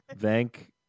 thank